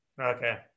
Okay